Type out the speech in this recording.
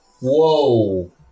Whoa